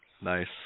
Nice